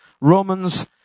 Romans